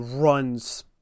runs